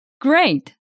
Great